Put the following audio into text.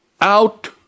out